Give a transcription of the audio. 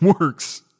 works